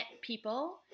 people